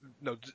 no